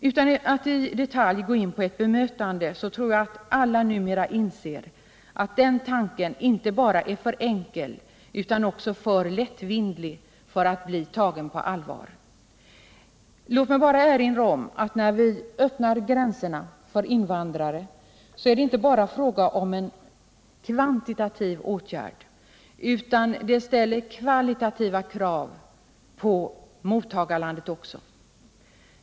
Utan att i detalj gå in på ett bemötande tror jag att alla numera inser att den tanken inte bara är för enkel, utan också för lättvindig för att bli tagen på allvar. Låt mig bara erinra om att när vi öppnar gränserna för invandrare är det inte bara fråga om en kvantitativ åtgärd, utan det ställer också kvalitativa krav på mottagarlandet.